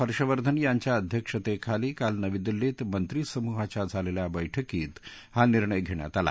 हर्षवर्धन यांच्या अध्यक्षतेखाली काल नवी दिल्लीत मंत्री समुहाच्या झालेल्या बैठकीत हा निर्णय घेण्यात आला